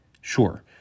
sure